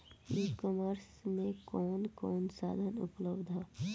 E commerce में कवन कवन साधन उपलब्ध ह?